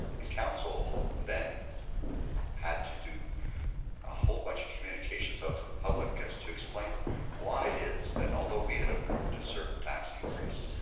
and council then had to do a whole bunch of communications out to the public as to explain why it is that although we had approved a certain tax increase,